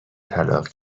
طلاق